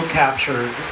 captured